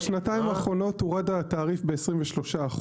בשנתיים האחרונות הטרד התעריף ב-23%,